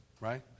right